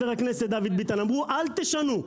אמרו "אל תשנו,